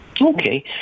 Okay